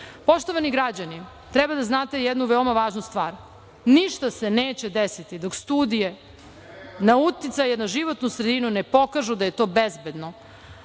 pitanju. Poštovani građani, treba da znate jednu veoma važnu stvar ništa se neće desiti dok studije uticaja na životnu sredinu ne pokažu da je to bezbedno,